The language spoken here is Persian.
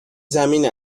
زمین